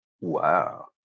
Wow